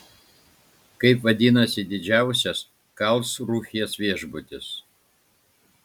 kaip vadinasi didžiausias karlsrūhės viešbutis